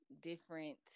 different